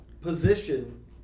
position